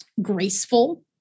graceful